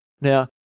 now